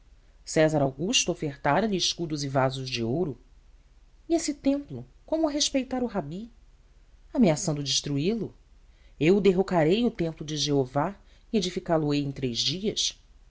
césar augusto ofertara lhe escudos e vasos de ouro e esse templo como o respeitara o rabi ameaçando destruí lo eu derrocarei o templo de jeová e edificá lo ei em três dias